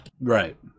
Right